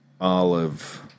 olive